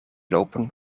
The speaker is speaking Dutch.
lopen